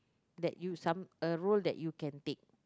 that use some a role that you can take